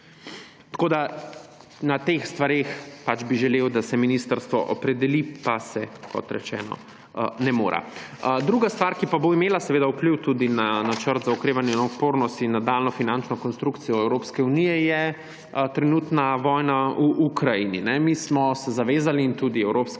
Tako bi na teh stvareh želel, da se ministrstvo opredeli, pa se, kot rečeno, ne more. Druga stvar, ki bo imela vpliv tudi na Načrt za okrevanje in odpornost ter nadaljnjo finančno konstrukcijo Evropske unije, je trenutna vojna v Ukrajini. Mi smo se zavezali in tudi Evropska